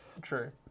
True